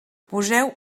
poseu